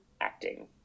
acting